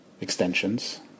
extensions